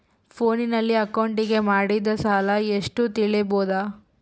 ಫೋನಿನಲ್ಲಿ ಅಕೌಂಟಿಗೆ ಮಾಡಿದ ಸಾಲ ಎಷ್ಟು ತಿಳೇಬೋದ?